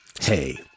Hey